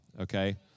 okay